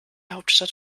hauptstadt